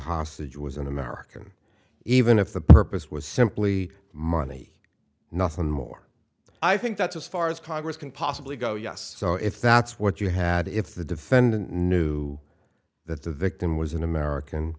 hostage was an american even if the purpose was simply money nothing more i think that's as far as congress can possibly go yes so if that's what you had if the defendant knew that the victim was an american